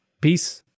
Peace